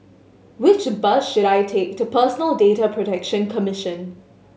which bus should I take to Personal Data Protection Commission